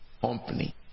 company